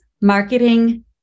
marketing